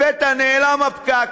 לפתע נעלם הפקק,